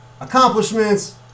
Accomplishments